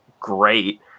great